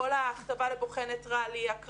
כל ההכתבה לבוחן ניטרלי, הקראות,